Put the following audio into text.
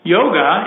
Yoga